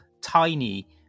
tiny